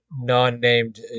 non-named